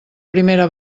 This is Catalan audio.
primera